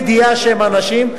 בלי ידיעה שהם אנשים,